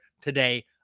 today